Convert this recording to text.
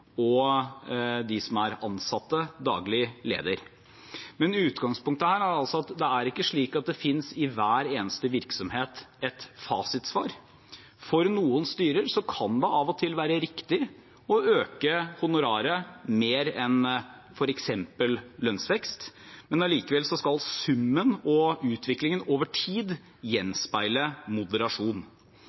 og dem som er ansatt, daglig ledere. Utgangspunktet er at det ikke finnes et fasitsvar i hver eneste virksomhet. For noen styrer kan det av og til være riktig å øke honoraret mer enn f.eks. lønnsveksten, men allikevel skal summen og utviklingen over tid gjenspeile moderasjon.